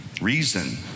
Reason